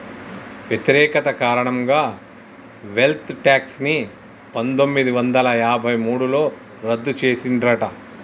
వ్యతిరేకత కారణంగా wealth tax ని పందొమ్మిది వందల యాభై మూడులో రద్దు చేసిండ్రట